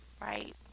right